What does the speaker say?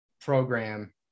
program